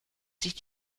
sich